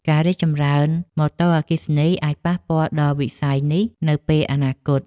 ការរីកចម្រើនម៉ូតូអគ្គិសនីអាចប៉ះពាល់ដល់វិស័យនេះនៅពេលអនាគត។